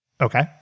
okay